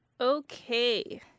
Okay